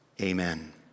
Amen